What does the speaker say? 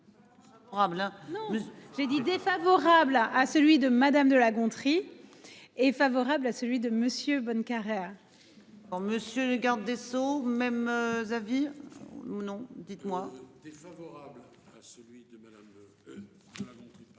Non j'ai dit défavorable à à celui de madame de La Gontrie. Est favorable à celui de Monsieur Bonnecarrere. Pour monsieur le garde des Sceaux même. Avis ou non. Dites-moi